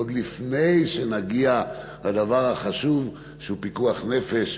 עוד לפני שנגיע לדבר החשוב שהוא פיקוח נפש,